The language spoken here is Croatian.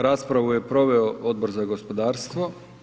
Raspravu je proveo Odbor za gospodarstvo.